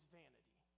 vanity